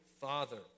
father